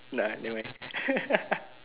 nah never mind